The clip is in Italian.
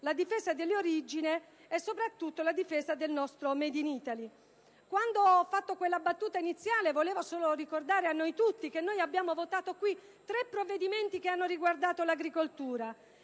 la difesa dell'origine e soprattutto del *made in Italy*. Quando ho fatto la battuta iniziale, volevo solo ricordare a noi tutti che abbiamo votato qui tre provvedimenti che hanno riguardato l'agricoltura: